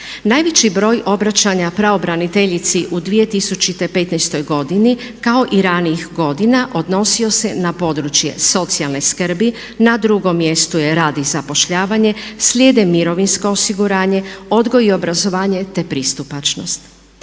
Najveći broj obraćanja pravobraniteljici u 2015. godini kao i ranijih godina odnosio se na područje socijalne skrbi, na drugom mjestu je rad i zapošljavanje, slijede mirovinsko osiguranje, odgoj i obrazovanje te pristupačnost.